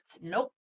Nope